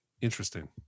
Interesting